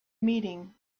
meeting